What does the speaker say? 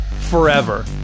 forever